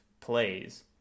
plays